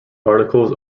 articles